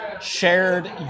shared